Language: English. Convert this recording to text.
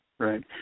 Right